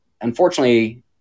unfortunately